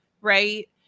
Right